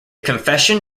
confession